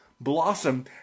blossom